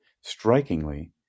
Strikingly